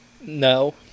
No